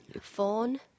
Phone